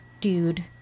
dude